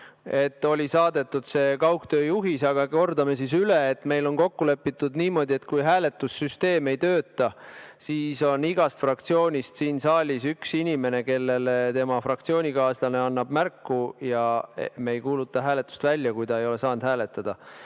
et oli saadetud see kaugtöö juhis. Aga kordame siis üle, et meil on kokku lepitud niimoodi, et kui hääletussüsteem ei tööta, siis on igast fraktsioonist siin saalis üks inimene, kellele tema fraktsioonikaaslane annab märku. Ja me ei kuuluta hääletust välja, kui ta ei ole saanud hääletada.